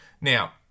Now